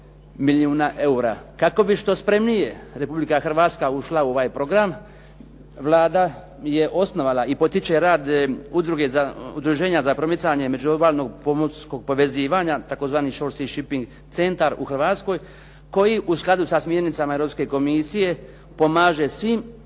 milijuna eura. Kako bi što spremnije Republika Hrvatska ušla u ovaj program, Vlada je osnovala i potiče rad Udruženja za promicanje međuobalnog, pomorskog povezivanje tzv. Short Sea Shiping centar u Hrvatskoj koji u skladu sa smjernicama Europske komisije pomaže svim